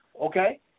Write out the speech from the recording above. okay